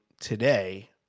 today